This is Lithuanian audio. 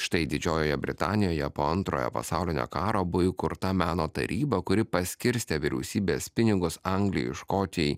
štai didžiojoje britanijoje po antrojo pasaulinio karo buvo įkurta meno taryba kuri paskirstė vyriausybės pinigus anglijai škotijai